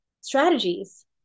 strategies